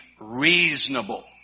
reasonable